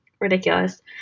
Ridiculous